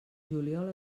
juliol